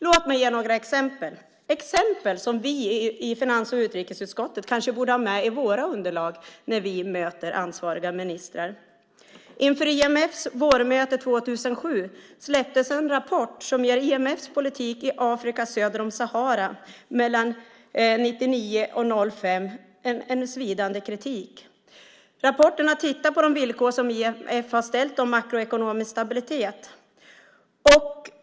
Låt mig ge några exempel. Det är exempel som vi i finans och utrikesutskotten kanske borde ha med i våra underlag när vi möter ansvariga ministrar. Inför IMF:s vårmöte 2007 släpptes en rapport som ger IMF:s politik i Afrika söder om Sahara mellan 1995 och 2005 svidande kritik. I rapporten har man tittat på de villkor som IMF har satt upp för makroekonomisk stabilitet.